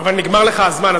אבל נגמר לך הזמן,